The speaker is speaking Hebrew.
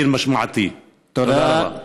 תודה רבה.